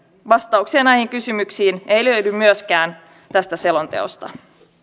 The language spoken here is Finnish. vastauksia näihin kysymyksiin ei löydy myöskään tästä selonteosta